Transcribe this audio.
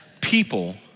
people